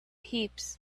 heaps